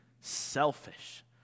Selfish